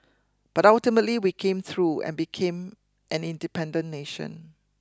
but ultimately we came through and became an independent nation